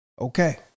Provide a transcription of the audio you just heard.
Okay